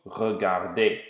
regardez